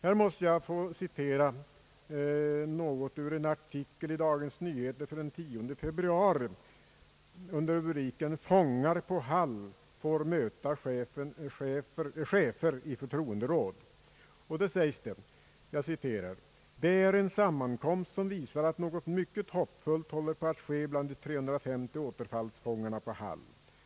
Här måste jag få citera något ur en artikel i Dagens Nyheter av den 10 februari under rubriken »Fångar på Hall får möta chefer i förtroenderåd». Där sägs det: »Det är en sammankomst som visar att något mycket hoppfullt håller på att ske bland de 350 återfallsfångarna på Hall.